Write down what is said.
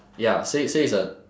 ya say say it's a